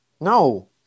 No